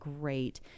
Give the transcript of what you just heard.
great